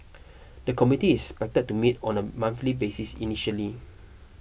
the committee is expected to meet on a monthly basis initially